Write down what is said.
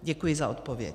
Děkuji za odpověď.